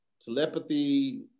telepathy